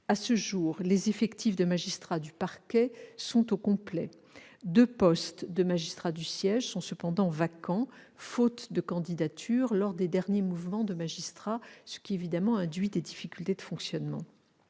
À ce jour, les effectifs des magistrats au parquet sont au complet. Deux postes de magistrats du siège sont cependant vacants, faute de candidature lors des derniers mouvements de magistrats, ce qui engendre évidemment des difficultés de fonctionnement.